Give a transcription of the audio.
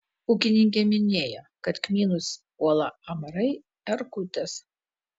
ūkininkė minėjo kad kmynus puola amarai erkutės